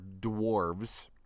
dwarves